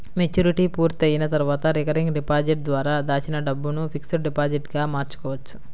maturity పూర్తయిన తర్వాత recurring deposit ద్వారా దాచిన డబ్బును ఫిక్స్డ్ డిపాజిట్ గా మార్చుకోవచ్చు